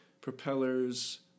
propellers